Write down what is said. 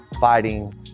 fighting